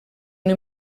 una